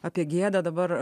apie gėdą dabar